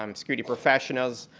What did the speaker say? um security professionals.